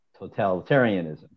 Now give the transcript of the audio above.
totalitarianism